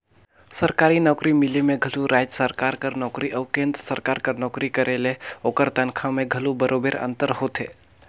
सरकारी नउकरी मिले में घलो राएज सरकार कर नोकरी अउ केन्द्र सरकार कर नोकरी करे ले ओकर तनखा में घलो बरोबेर अंतर होथे